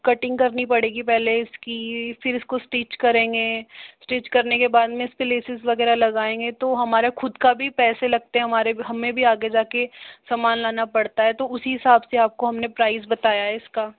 cutting करनी पड़ेगी पहले इसकी फिर उसको स्टिच करेंगे स्टिच करने के बाद में इस पर लेसेस वगैरह लगाएंगे तो हमारा ख़ुद का भी पैसे लगते है हमारे भी हमें भी आगे जाकर सामान लाना पड़ता है तो उसी हिसाब से आपको हमने प्राइज़ बताया इसका